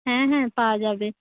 হ্যাঁ হ্যাঁ পাওয়া যাবে